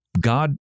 God